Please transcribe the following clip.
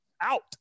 out